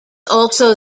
also